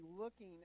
looking